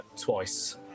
twice